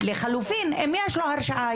לחלופין אם יש לו הרשעה,